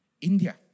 India